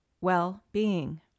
well-being